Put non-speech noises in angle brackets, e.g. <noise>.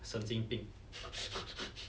神经病 <laughs>